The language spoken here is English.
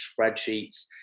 spreadsheets